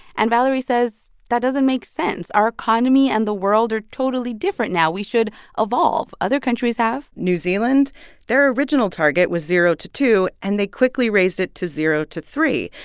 and valerie says that doesn't make sense. our economy and the world are totally different now. we should evolve. other countries have new zealand their original target was zero to two, and they quickly raised it to zero to three.